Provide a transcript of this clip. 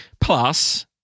Plus